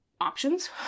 options